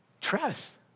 Trust